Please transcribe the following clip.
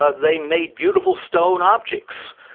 ah they made beautiful stone objects,